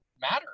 matter